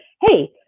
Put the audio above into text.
hey